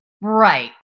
right